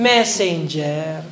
Messenger